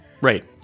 Right